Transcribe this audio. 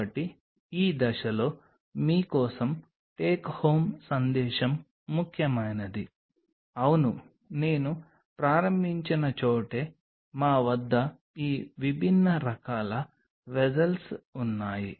కాబట్టి ఈ దశలో మీ కోసం టేక్ హోమ్ సందేశం ముఖ్యమైనది అవును నేను ప్రారంభించిన చోటే మా వద్ద ఈ విభిన్న రకాల వెస్సెల్స్ ఉన్నాయి